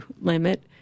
limit